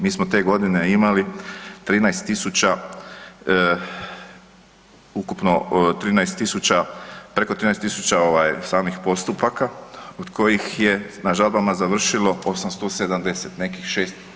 Mi smo te godine imali 13 000, ukupno 13 000, preko 13 000 samih postupaka od kojih je na žalbama završilo 870, nekih 6%